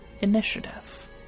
initiative